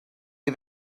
you